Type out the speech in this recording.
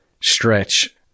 stretch